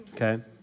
okay